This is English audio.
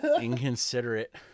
Inconsiderate